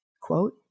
quote